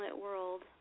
world